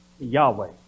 Yahweh